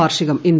വാർഷികം ഇന്ന്